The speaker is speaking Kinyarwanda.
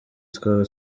twaba